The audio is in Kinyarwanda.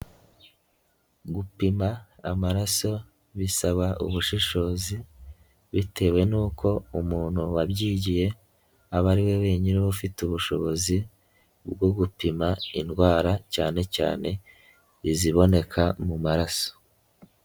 Gupima amaraso bisaba ubushishozi bitewe n'uko umuntu wabyigiye aba ari we wenyine uba ufite ubushobozi bwo gupima indwara cyane cyane iziboneka mu maraso.